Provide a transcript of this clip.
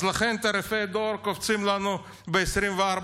לכן תעריפי הדואר קופצים לנו ב-24%.